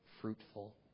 fruitful